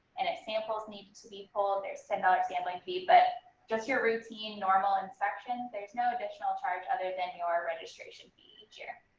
and if samples need to be pulled there s similar sampling fee but just your routine normal inspection, there's no additional charge, other than your registration fee each year.